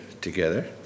together